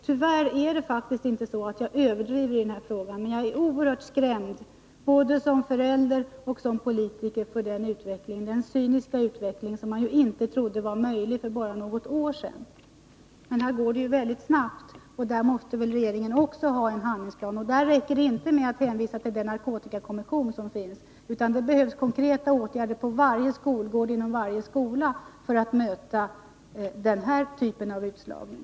Tyvärr överdriver jag inte i den här frågan, men jag är oerhört skrämd både som förälder och som politiker över den cyniska utveckling som man inte trodde var möjlig för bara något år sedan, men här går det snabbt. Regeringen måste väl ha en handlingsplan? Det räcker inte med att hänvisa till den narkotikakommission som finns, utan det behövs konkreta åtgärder på varje skolgård, inom varje skola för att möta den här typen av utslagning.